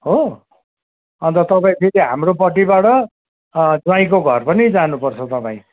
हो अन्त तपाईँ फेरि हाम्रोपट्टिबाट ज्वाइँको घर पनि जानुपर्छ तपाईँ